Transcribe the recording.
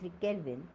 Kelvin